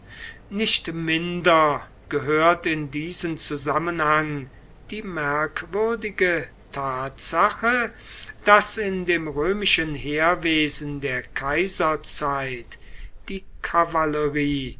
nicht minder gehört in diesen zusammenhang die merkwürdige tatsache daß in dem römischen heerwesen der kaiserzeit die kavallerie